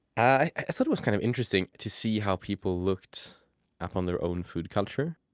i thought it was kind of interesting to see how people looked at um their own food culture.